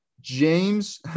James